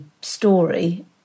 story